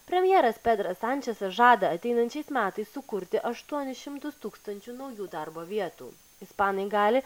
premjeras pedras sančesas žada ateinančiais metais sukurti aštuonis šimtus tūkstančių naujų darbo vietų ispanai gali